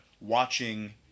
watching